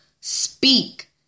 Speak